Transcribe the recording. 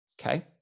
Okay